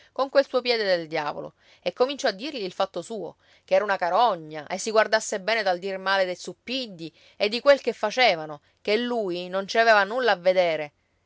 con quel suo piede del diavolo e cominciò a dirgli il fatto suo che era una carogna e si guardasse bene dal dir male dei zuppiddi e di quel che facevano che lui non ci aveva nulla a vedere